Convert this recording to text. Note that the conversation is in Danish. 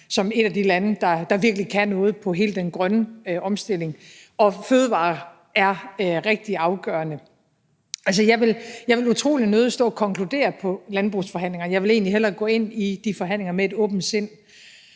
som et af de lande, der virkelig kan noget på hele den grønne omstilling, og fødevarer er rigtig afgørende. Jeg vil utrolig nødig stå og konkludere på landbrugsforhandlingerne. Jeg vil egentlig hellere gå ind i de forhandlinger med et åbent sind,